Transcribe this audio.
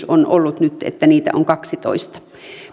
on ollut nyt että niitä on kahdentenatoista